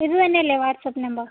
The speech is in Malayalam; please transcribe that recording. ഇത് തന്നെ അല്ലേ വാട്ട്സ്പ്പ് നമ്പർ